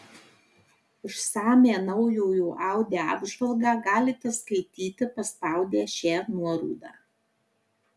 išsamią naujojo audi apžvalgą galite skaityti paspaudę šią nuorodą